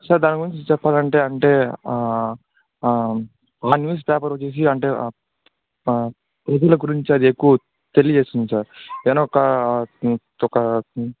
sir దాని గురించి చెప్పాలంటే అంటే మళ్ళ న్యూస్ పేపర్ తీసి అంటే ప్రజల గురించి అది ఎక్కువ తెలియజేస్తుంది సార్ ఏదన్నా ఒక